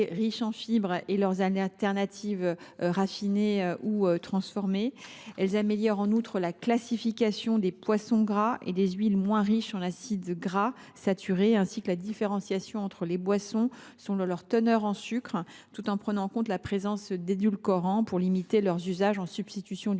riches en fibres et leurs substituts raffinés ou transformés. Elles améliorent en outre la classification des poissons gras et des huiles moins riches en acides gras saturés, ainsi que la différenciation entre les boissons selon leur teneur en sucre, tout en prenant en compte la présence d’édulcorants, afin de limiter leur usage en substitution du